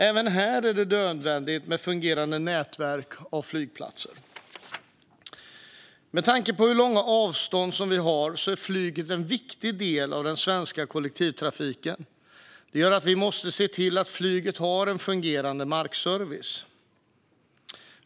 Även här är det nödvändigt med ett fungerande nätverk av flygplatser. Med tanke på de långa avstånd vi har är flyget en viktig del av den svenska kollektivtrafiken. Vi måste se till att flyget har en fungerande markservice.